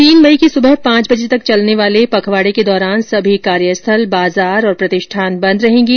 तीन मई की सुबह पांच बजे तक चलने वाले पखवाडे के दौरान सभी कार्यस्थल बाजार और प्रतिष्ठान बन्द रहेंगे